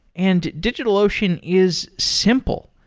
and digitalocean is simple.